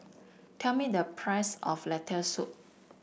tell me the price of Lentil Soup